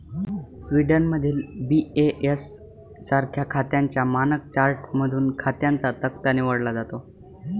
स्वीडनमधील बी.ए.एस सारख्या खात्यांच्या मानक चार्टमधून खात्यांचा तक्ता निवडला जातो